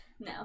No